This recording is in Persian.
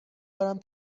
دارم